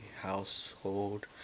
household